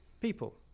People